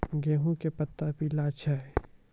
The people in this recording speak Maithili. गेहूँ के पत्ता पीला छै?